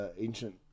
ancient